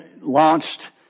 launched